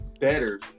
better